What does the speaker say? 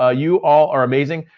ah you all are amazing.